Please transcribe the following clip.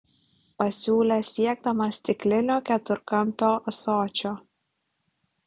pasiūlė siekdamas stiklinio keturkampio ąsočio